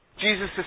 Jesus